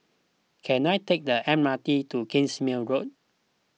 can I take the M R T to Kingsmead Road